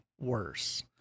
worse